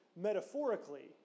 metaphorically